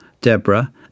Deborah